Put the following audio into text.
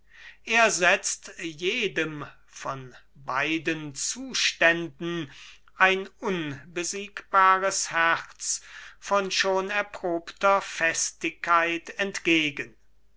er setzt jedem von beiden zuständen ein unbesiegbares herz von schon erprobter festigkeit entgegen